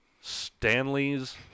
Stanleys